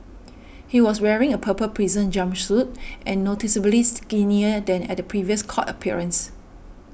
he was wearing a purple prison jumpsuit and noticeably skinnier than at a previous court appearance